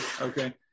Okay